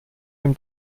dem